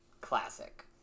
Classic